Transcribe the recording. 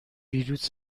ویروس